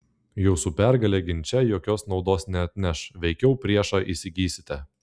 jūsų pergalė ginče jokios naudos neatneš veikiau priešą įsigysite